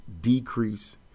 decrease